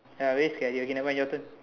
ya waste carry okay never mind your turn